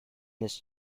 this